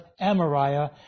Amariah